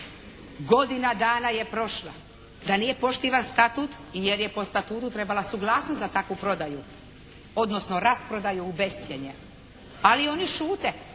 Godina dana je prošla da nije poštivan statut jer je po statutu trebala suglasnost za takvu prodaju odnosno rasprodaju u bescjenje. Ali oni šute.